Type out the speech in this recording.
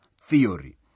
theory